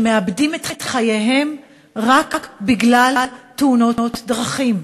הם מאבדים את חייהם רק בגלל תאונות דרכים.